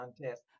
contest